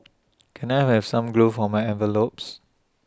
can I have some glue for my envelopes